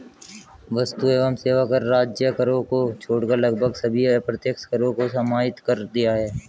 वस्तु एवं सेवा कर राज्य करों को छोड़कर लगभग सभी अप्रत्यक्ष करों को समाहित कर दिया है